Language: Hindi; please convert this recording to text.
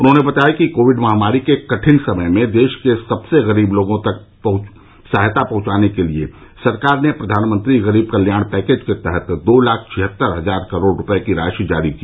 उन्होंने बताया कि कोविड महामारी के कठिन समय में देश के सबसे गरीब लोगों तक सहायता पहंचाने के लिए सरकार ने प्रधानमंत्री गरीब कल्याण पैकेज के तहत दो लाख छिहत्तर हजार करोड रुपये की राशि जारी की